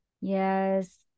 Yes